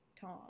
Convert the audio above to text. Tom